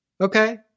Okay